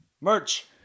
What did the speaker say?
merch